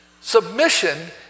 Submission